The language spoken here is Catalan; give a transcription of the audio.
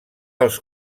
als